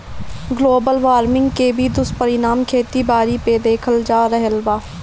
global warming के भी दुष्परिणाम खेती बारी पे देखल जा रहल बा